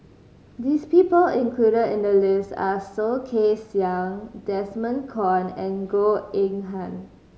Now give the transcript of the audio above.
this people included in the list are Soh Kay Siang Desmond Kon and Goh Eng Han